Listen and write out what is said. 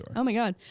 um oh my god,